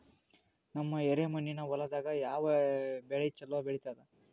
ನಮ್ಮ ಎರೆಮಣ್ಣಿನ ಹೊಲದಾಗ ಯಾವ ಬೆಳಿ ಚಲೋ ಬೆಳಿತದ?